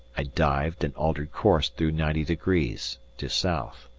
i dived and altered course through ninety degrees to south.